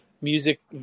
music